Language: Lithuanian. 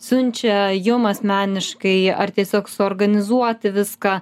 siunčia jum asmeniškai ar tiesiog suorganizuoti viską